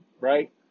right